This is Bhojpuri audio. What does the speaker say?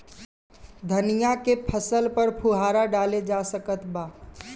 धनिया के फसल पर फुहारा डाला जा सकत बा?